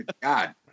God